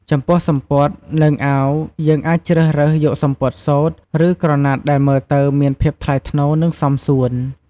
ចំពោះសំពត់ និងអាវយើងអាចជ្រើសរើសយកសំពត់សូត្រ ឬក្រណាត់ដែលមើលទៅមានភាពថ្លៃថ្នូរនិងសមសួន។